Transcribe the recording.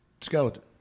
skeleton